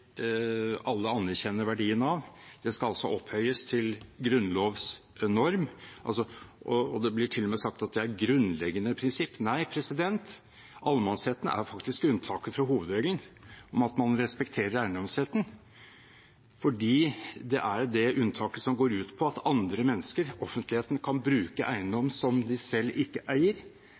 alle anerkjenner verdien av, opphøyes til en grunnlovsnorm. Det blir til og med sagt at det er et grunnleggende prinsipp. Nei, allemannsretten er faktisk unntaket fra hovedregelen om at man respekterer eiendomsretten. Det er det unntaket som går ut på at andre mennesker, offentligheten, kan bruke eiendom som de selv ikke eier,